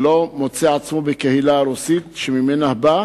שלא מוצא את עצמו בקהילה הרוסית שממנה הוא בא,